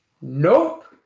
Nope